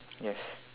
yes